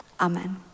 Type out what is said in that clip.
Amen